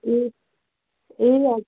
ए ए हजुर